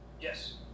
yes